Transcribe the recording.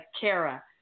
Kara